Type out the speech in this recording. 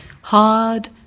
hard